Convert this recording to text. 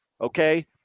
okay